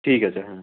ঠিক আছে হ্যাঁ